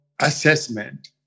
assessment